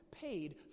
paid